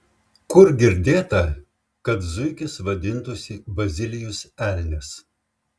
kur girdėta kad zuikis vadintųsi bazilijus elnias